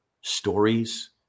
stories